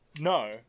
No